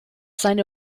seine